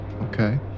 Okay